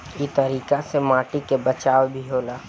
इ तरीका से माटी के बचाव भी होला